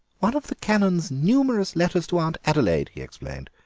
one of the canon's numerous letters to aunt adelaide, he explained,